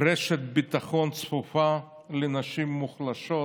רשת ביטחון צפופה לנשים מוחלשות,